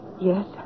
Yes